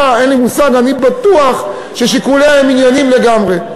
אני בטוח ששיקוליה הם ענייניים לגמרי.